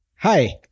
Hi